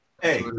Hey